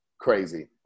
crazy